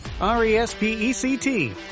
R-E-S-P-E-C-T